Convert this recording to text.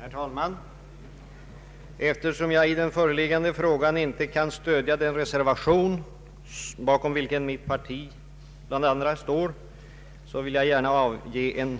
Herr talman! Eftersom jag i den föreliggande frågan inte kan stödja den reservation, bakom vilken bl.a. representanter för mitt parti står, vill jag gärna avge en